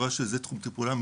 החברה שזה תחום טיפולה,